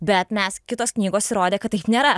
bet mes kitos knygos įrodė kad taip nėra